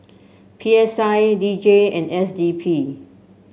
P S I D J and S D P